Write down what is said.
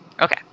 Okay